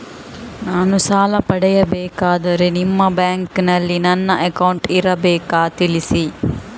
ನಾನು ಸಾಲ ಪಡೆಯಬೇಕಾದರೆ ನಿಮ್ಮ ಬ್ಯಾಂಕಿನಲ್ಲಿ ನನ್ನ ಅಕೌಂಟ್ ಇರಬೇಕಾ ತಿಳಿಸಿ?